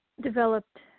developed